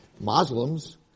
Muslims